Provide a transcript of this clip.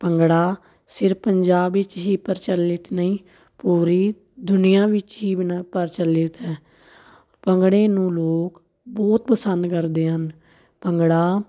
ਭੰਗੜਾ ਸਿਰਫ ਪੰਜਾਬ ਵਿੱਚ ਹੀ ਪ੍ਰਚਲਿਤ ਨਹੀਂ ਪੂਰੀ ਦੁਨੀਆ ਵਿੱਚ ਹੀ ਨਾ ਪ੍ਰਚਲਿਤ ਹੈ ਭੰਗੜੇ ਨੂੰ ਲੋਕ ਬਹੁਤ ਪਸੰਦ ਕਰਦੇ ਹਨ ਭੰਗੜਾ